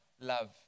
love